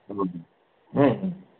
হ'ব